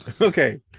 Okay